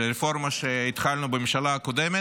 של הרפורמה שהתחלנו בממשלה הקודמת.